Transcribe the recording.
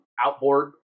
outboard